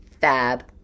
Fab